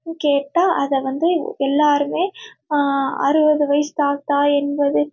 கேட்டால் அதை வந்து எல்லாேருமே அறுபது வயது தாத்தா எண்பது